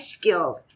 skills